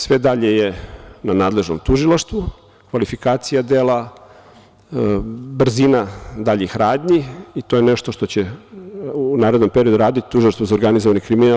Sve dalje je na nadležnom tužilaštvu, kvalifikacija dela, brzina daljih radnji i to je nešto što će u narednom periodu raditi Tužilaštvo za organizovani kriminal.